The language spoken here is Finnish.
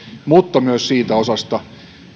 että myös siitä osasta